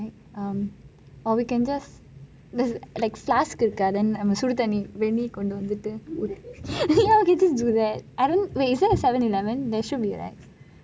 um or we can just like flask இருக்கு அதான் நம்ம சூடு தண்ணீர் வெந்நீர் கொண்டு வந்துத்து:irukku athaan namma sudu thannir vennir kondu vanthuthu can you please don't do that is there like a seven eleven there should be right